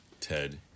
Ted